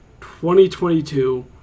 2022